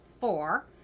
four